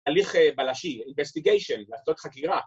‫הליך בלשי, investigation, לעשות חקירה.